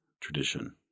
tradition